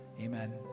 amen